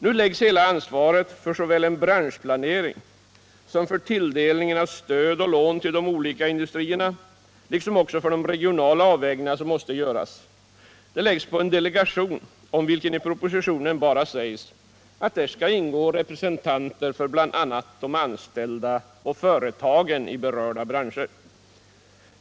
Nu läggs hela ansvaret för en branschplanering, för tilldelningen av stöd och lån till de olika industrierna och för de regionalpolitiska avvägningar som måste göras på en delegation, om vilken det i propositionen endast sägs att där skall ingå representanter för bl.a. anställda och företag i berörda branscher.